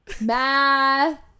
math